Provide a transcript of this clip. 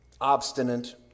obstinate